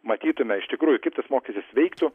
matytume iš tikrųjų kaip tas mokestis veiktų